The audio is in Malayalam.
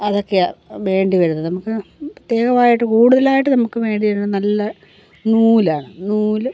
അതൊക്കെയാണ് വേണ്ടിവരുന്നതും നമുക്ക് പ്രത്യേകവായിട്ട് കൂടുതലായിട്ട് നമുക്ക് വേണ്ടി വരുന്നത് നല്ല നൂലാണ് നൂല്